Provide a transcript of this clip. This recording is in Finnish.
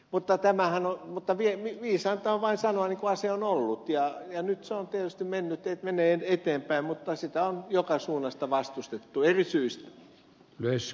mutta viisainta on vain sanoa niin kuin asia on ollut ja nyt se tietysti menee eteenpäin mutta sitä on joka suunnasta vastustettu eri syistä myös